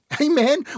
amen